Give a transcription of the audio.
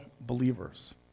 believers